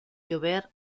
llover